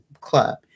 club